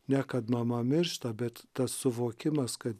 ne kad mama miršta bet tas suvokimas kad